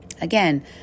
Again